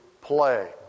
play